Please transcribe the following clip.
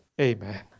Amen